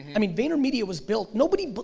i mean vaynermedia was built, nobody but